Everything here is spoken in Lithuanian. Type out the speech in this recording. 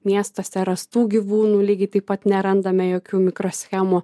miestas terastų gyvūnų lygiai taip pat nerandame jokių mikroschemų